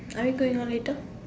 are you going out later